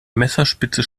messerspitze